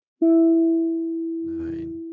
nine